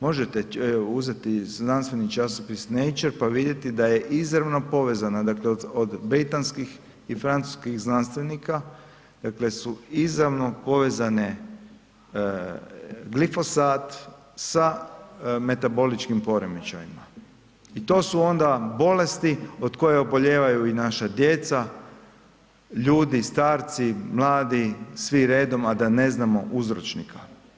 Možete uzeti znanstveni časopis Nature pa vidjeti da je izravno povezana, dakle od britanskih i francuskih znanstvenika, dakle su izravno povezane glifosat sa metaboličkim poremećajima i to su onda bolesti od koje obolijevaju i naša djeca, ljudi, starci, mladi, svi redom, a da ne znamo uzročnika.